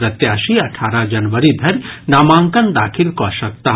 प्रत्याशी अठारह जनवरी धरि नामांकन दाखिल कऽ सकताह